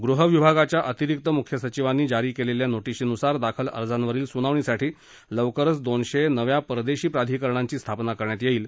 गृहविभागाच्या अतिरिक्त मुख्य सचिवांनी जारी केलेल्या नोटीशीनुसार दाखल अर्जांवरील सुनावणीसाठी लवकरच दोनशे नव्या परदेशी प्राधिकरणांची स्थापना करण्यात येईल